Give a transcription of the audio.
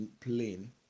plain